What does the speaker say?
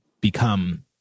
become